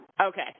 Okay